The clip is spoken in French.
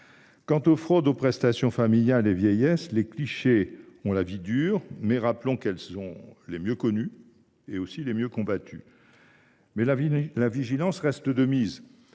Quant aux fraudes aux prestations familiales et vieillesse, les clichés ont la vie dure, mais elles sont les mieux connues et les mieux combattues. Pour autant, la vigilance reste de mise,